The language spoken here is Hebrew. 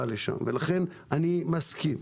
לכן אני מסכים.